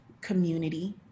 community